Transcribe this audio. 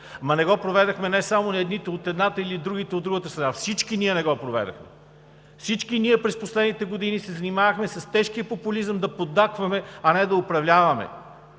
Ама не го проведохме не само от едната, или другите – от другата страна, всички ние не го проведохме. Всички ние през последните години се занимавахме с тежкия популизъм да поддатваме, а не да управляваме.